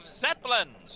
zeppelins